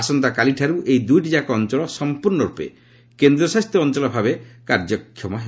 ଆସନ୍ତାକାଲିଠାରୁ ଏହି ଦୁଇଟିଯାକ ଅଞ୍ଚଳ ସମ୍ପର୍ଷର୍ଣରପେ କେନ୍ଦ୍ରଶାସିତ ଅଞ୍ଚଳ ଭାବରେ କାର୍ଯ୍ୟକ୍ଷମ ହେବ